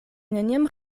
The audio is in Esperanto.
neniam